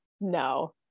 No